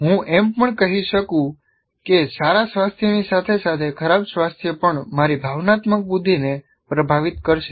હું એમ પણ કહી શકું છું કે સારા સ્વાસ્થ્યની સાથે સાથે ખરાબ સ્વાસ્થ્ય પણ મારી ભાવનાત્મક બુદ્ધિને પ્રભાવિત કરશે